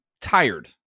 tired